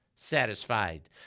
satisfied